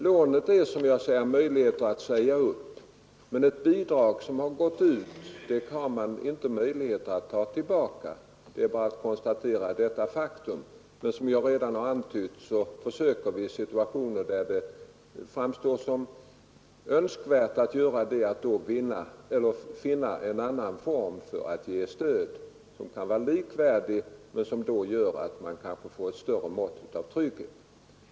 Lån är möjligt att säga upp, men ett bidrag som gått ut har man inte möjlighet att ta tillbaka. Det är bara att konstatera detta faktum, men som jag redan har antytt försöker vi i situationer där det framstår som önskvärt finna en annan form för stöd, som kan vara likvärdig men som kanske ger ett större mått av trygghet.